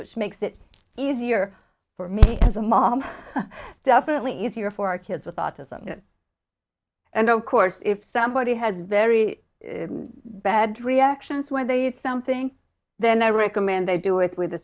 which makes it easier for me as a mom definitely easier for kids with autism and of course if somebody has very bad reactions when they eat something then i recommend they do it with a